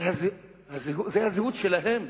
אבל זאת הזהות שלהם.